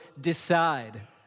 decide